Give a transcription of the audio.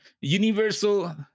Universal